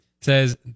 says